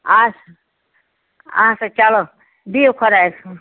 آسا آسا چلو بِہِو خۄدایَس